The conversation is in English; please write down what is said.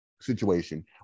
situation